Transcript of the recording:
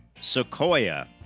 Sequoia